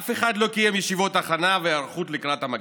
אף אחד לא קיים ישיבות הכנה והיערכות לקראת המגפה.